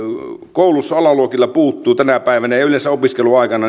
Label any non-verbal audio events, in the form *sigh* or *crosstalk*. koulujen alaluokilta tänä päivänä ja yleensä opiskeluaikana *unintelligible*